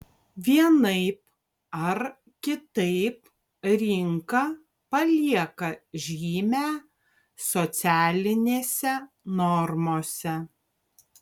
vienaip ar kitaip rinka palieka žymę socialinėse normose